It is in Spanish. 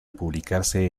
publicarse